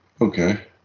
okay